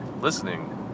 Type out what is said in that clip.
listening